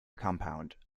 compound